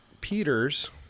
Peter's